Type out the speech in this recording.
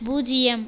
பூஜ்ஜியம்